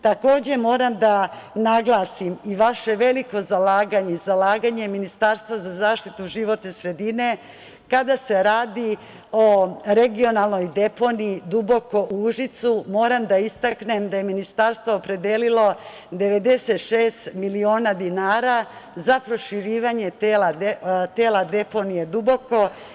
Takođe, moram da naglasim i vaše veliko zalaganje, zalaganje Ministarstva za zaštitu životne sredine, kada se radi o regionalnoj deponiji "Duboko" u Užicu, moram da istaknem da je Ministarstvo opredelilo 96 miliona dinara za proširivanje dela deponije "Duboko"